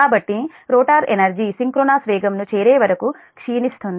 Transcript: కాబట్టి rotor energy synchronous వేగం ను చేరేవరకు క్షీణిస్తుంది